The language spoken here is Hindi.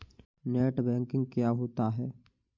नेट बैंकिंग क्या होता है?